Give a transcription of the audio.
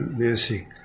basic